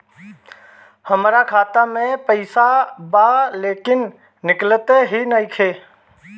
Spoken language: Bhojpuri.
हमार खाता मे पईसा बा लेकिन निकालते ही नईखे?